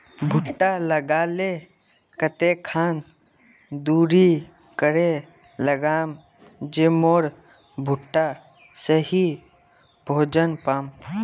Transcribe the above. भुट्टा लगा ले कते खान दूरी करे लगाम ज मोर भुट्टा सही भोजन पाम?